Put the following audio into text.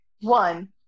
One